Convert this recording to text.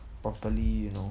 properly you know